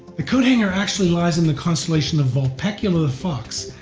the coathanger actually lies in the constellation of vulpecula the fox,